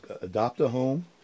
Adopt-A-Home